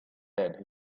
that